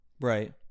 Right